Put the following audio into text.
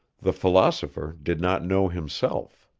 the philosopher did not know himself.